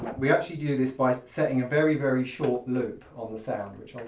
we actually do this by setting a very very short loop on the sound which i'll